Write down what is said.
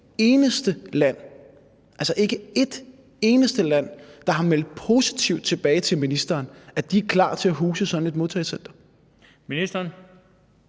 ét eneste – der har meldt positivt tilbage til ministeren om, at de er klar til at huse sådan et modtagecenter?